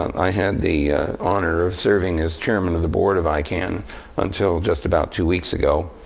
i had the honor of serving as chairman of the board of icann until just about two weeks ago.